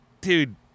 dude